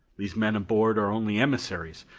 these men aboard are only emissaries,